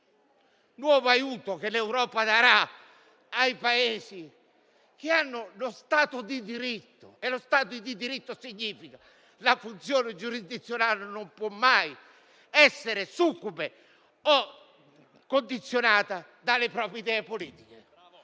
nuovo aiuto che l'Europa darà ai Paesi che hanno lo Stato di diritto, che significa che la funzione giurisdizionale non può mai essere succube o condizionata dalle proprie idee politiche.